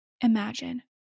imagine